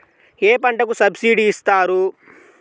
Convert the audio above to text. ఏ పంటకు సబ్సిడీ ఇస్తారు?